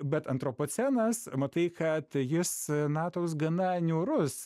bet antropocenas matai kad jis na toks gana niūrus